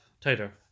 tighter